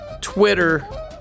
Twitter